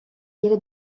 geri